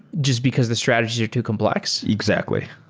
just because the strategies are too complex? exactly.